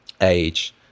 age